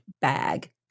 bag